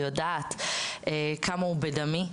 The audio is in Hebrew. יודעת כמה הוא בדמי,